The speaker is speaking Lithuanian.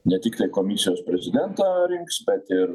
ne tiktai komisijos prezidentą rinks bet ir